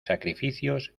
sacrificios